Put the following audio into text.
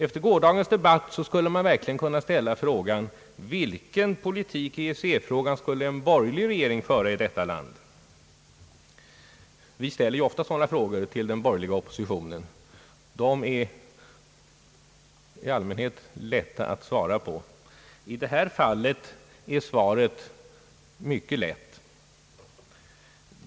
Efter gårdagens debatt skulle man verkligen kunna ställa frågan vilken politik en borgerlig regering skulle föra i EEC-frågan. Vi ställer ofta sådana frågor till den borgerliga oppositionen, och de är i allmänhet lätta att besvara.